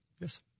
Yes